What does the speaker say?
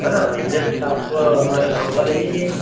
है ना एड्रेस आप हमारा गाँव का ले लीजिए